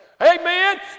Amen